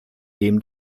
dem